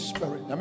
Spirit